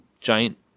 giant